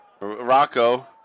Rocco